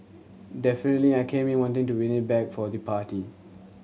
definitely I came in wanting to win it back for the party